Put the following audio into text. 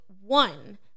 one